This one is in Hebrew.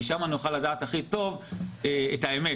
כי שם נוכל לדעת הכי טוב את האמת.